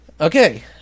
Okay